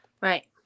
right